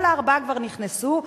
כל הארבעה כבר נכנסו,